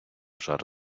жар